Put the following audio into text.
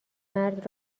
مرد